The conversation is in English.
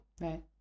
Right